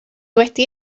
wedi